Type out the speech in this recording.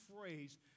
phrase